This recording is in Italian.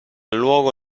luogo